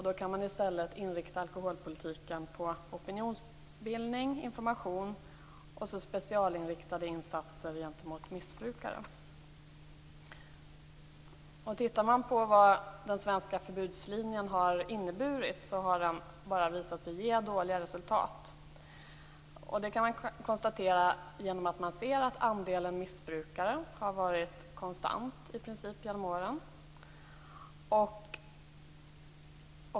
Då kan vi i stället inrikta alkoholpolitiken på opinionsbildning och information och göra specialinriktade insatser gentemot missbrukare. Om man tittar på vad den svenska förbudslinjen har inneburit ser man att den bara har visat sig ge dåliga resultat. Det kan man konstatera när man ser att andelen missbrukare i princip har varit konstant genom åren.